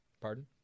Pardon